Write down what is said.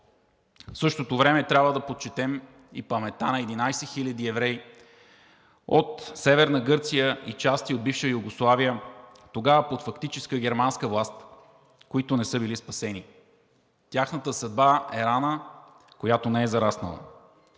В същото време трябва да почетем и паметта на 11 хиляди евреи от Северна Гърция и части от бивша Югославия, тогава под фактическа германска власт, които не са били спасени. Тяхната съдба е рана, която не е зараснала.